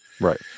Right